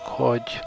hogy